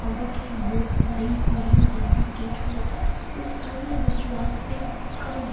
अब के लोग नई पीढ़ियाँ जैसे कि थोड़ा उस अंधविश्वास में कम